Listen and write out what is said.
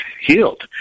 healed